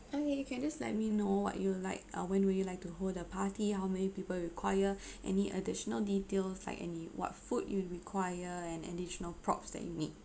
okay you can just let me know what you like uh when would you like to hold the party how many people require any additional details like any what food you would require and additional props that you need